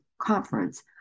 conference